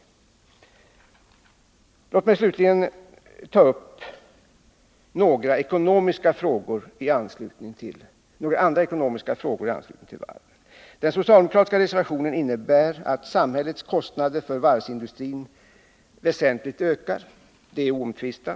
Låt mig vidare ta upp några andra ekonomiska frågor i anslutning till varven. Den socialdemokratiska reservationen innebär att samhällets kostnader för varvsindustrin väsentligen ökar. Det är oomtvistat.